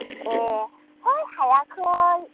ए है हायाखै